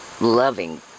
loving